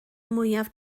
mwyaf